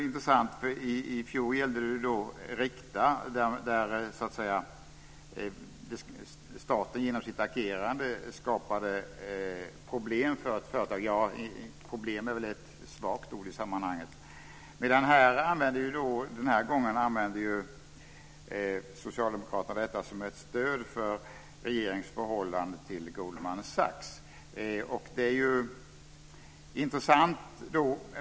I fjol gällde det Rikta, där staten genom sitt agerande skapade problem för ett företag - problem är väl ett svagt ord i sammanhanget - medan socialdemokraterna den här gången använder detta som ett stöd för regeringens förhållande till Goldman Sachs.